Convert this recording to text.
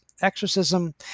exorcism